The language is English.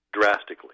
drastically